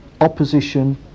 opposition